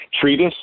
Treatise